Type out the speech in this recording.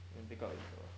go and pick up later